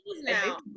now